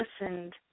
listened